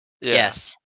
Yes